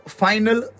final